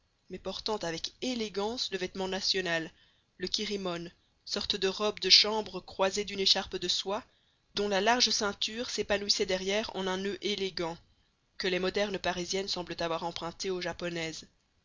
mais portant avec élégance le vêtement national le kirimon sorte de robe de chambre croisée d'une écharpe de soie dont la large ceinture s'épanouissait derrière en un noeud extravagant que les modernes parisiennes semblent avoir emprunté aux japonaises